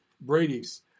Brady's